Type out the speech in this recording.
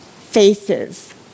faces